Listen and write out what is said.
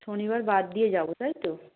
শনিবার বাদ দিয়ে যাব তাই তো